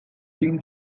金钟